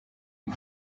you